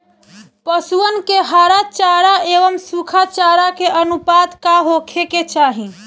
पशुअन के हरा चरा एंव सुखा चारा के अनुपात का होखे के चाही?